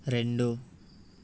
రెండు